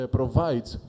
provides